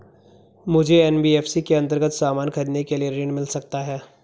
मुझे एन.बी.एफ.सी के अन्तर्गत सामान खरीदने के लिए ऋण मिल सकता है?